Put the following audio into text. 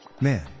Man